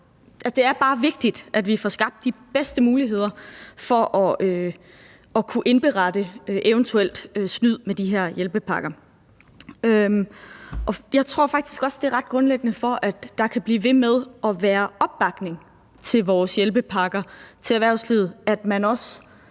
det er bare vigtigt, at vi får skabt de bedste muligheder for at kunne indberette eventuel snyd med de her hjælpepakker. For at der kan blive ved med at være opbakning til vores hjælpepakker til erhvervslivet, tror